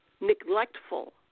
neglectful